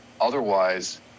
otherwise